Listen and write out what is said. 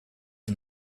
and